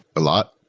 a lot.